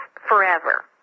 forever